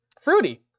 Fruity